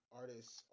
artists